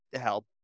help